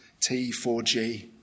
T4G